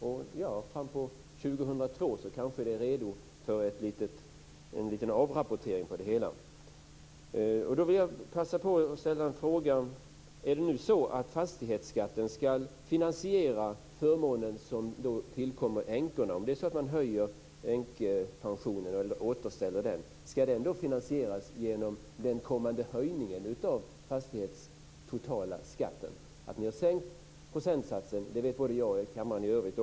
Och framåt 2002 kanske man är redo för en liten avrapportering av det hela. Om man höjer, eller återställer, änkepensionen, ska den finansieras genom den kommande höjningen av den totala fastighetsskatten? Att ni har sänkt procentsatsen vet både jag och kammaren i övrigt.